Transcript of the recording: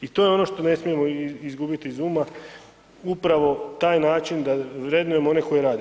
I to je ono što ne smijemo izgubiti iz uma, upravo taj način da vrednujemo one koji rade.